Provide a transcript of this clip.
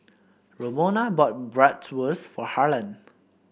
Romona bought Bratwurst for Harlan